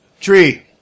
Tree